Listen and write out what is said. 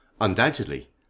undoubtedly